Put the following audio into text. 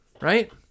right